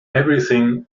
everything